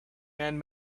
man